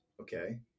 Okay